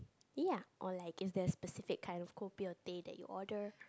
ya or like is there specific kind of kopi or teh that you order